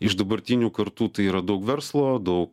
iš dabartinių kartų tai yra daug verslo daug